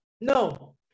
No